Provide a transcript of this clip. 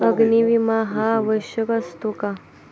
अग्नी विमा हा आवश्यक असतो का?